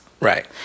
Right